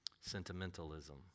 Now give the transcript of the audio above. Sentimentalism